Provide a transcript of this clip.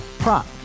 Prop